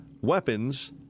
weapons